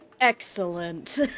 Excellent